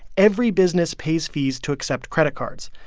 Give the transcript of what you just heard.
every business pays fees to accept credit cards.